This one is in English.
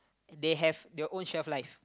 they have their own shelf life